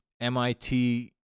MIT